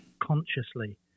consciously